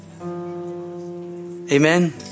Amen